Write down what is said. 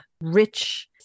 rich